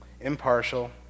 Impartial